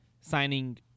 signing